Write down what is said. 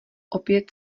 opět